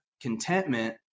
contentment